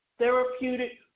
therapeutic